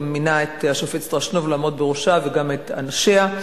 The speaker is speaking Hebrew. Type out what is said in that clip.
וגם מינה את השופט שטרסנוב לעמוד בראשה וגם את אנשיה.